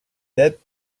debt